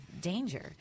danger